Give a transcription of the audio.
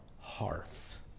hearth